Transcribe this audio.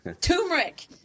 turmeric